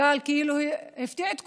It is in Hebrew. הגל כאילו הפתיע את כולנו.